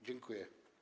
Dziękuję.